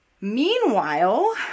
Meanwhile